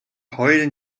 heulen